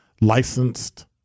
licensed